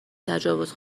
تجاوز